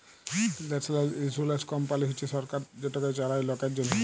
national insurance company হছে সরকার যেটকে চালায় লকের জ্যনহে